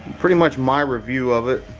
pretty much my review of it.